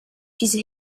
diese